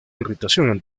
irritación